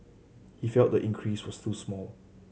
he felt the increase was too small